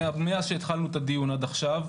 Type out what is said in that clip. מאז שהתחלנו את הדיון עד עכשיו,